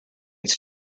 it’s